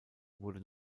wurde